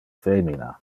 femina